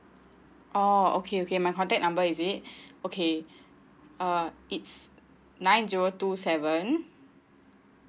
oh okay okay my contact number is it okay uh it's nine zero two seven